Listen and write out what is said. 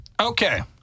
Okay